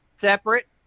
separate